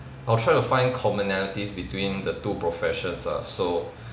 I'll try to find commonalities between the two professions lah so